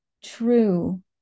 true